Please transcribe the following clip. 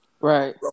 right